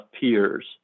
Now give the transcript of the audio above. peers